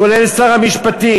כולל שר המשפטים,